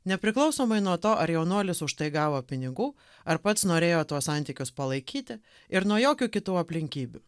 nepriklausomai nuo to ar jaunuolis už tai gavo pinigų ar pats norėjo tuos santykius palaikyti ir nuo jokių kitų aplinkybių